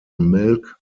milk